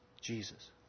Jesus